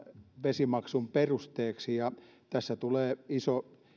vesimaksun perusteeksi tästä tulee iso